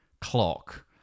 clock